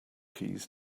keys